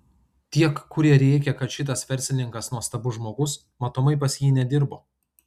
tiek kurie rėkia kad šitas verslininkas nuostabus žmogus matomai pas jį nedirbo